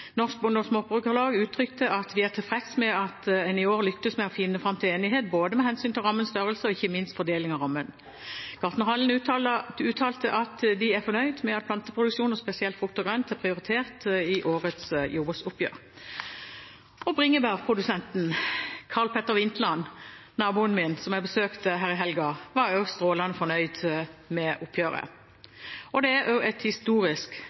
Norsk Bonde- og Småbrukarlag uttalte at de er tilfreds med at en i år lyktes med å finne fram til en enighet med hensyn til både rammens størrelse og ikke minst fordelingen av rammen. Gartnerhallen uttalte at de er fornøyd med at planteproduksjon og spesielt frukt og grønt er prioritert i årets jordbruksoppgjør. Og bringebærprodusent Karl Petter Vintland, naboen min, som jeg besøkte i helga, var også strålende fornøyd med oppgjøret. Det er også et historisk